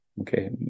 okay